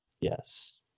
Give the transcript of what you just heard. Yes